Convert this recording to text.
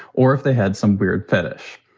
or if they had some weird fetish,